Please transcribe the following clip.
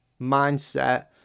mindset